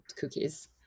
cookies